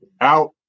out